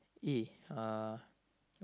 A uh